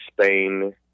Spain